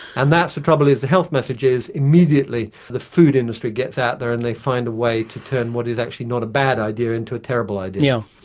and that's the trouble is the health messages, immediately the food industry gets out there and they find a way to turn what is actually not a bad idea into a terrible idea.